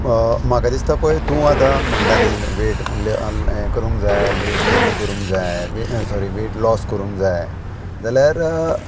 म्हाका दिसता पय तूं आतां म्हणटा न्ही वेट हें करूंक जाय वेट गेन करूंक जाय सॉरी वेट लॉस करूंक जाय जाल्यार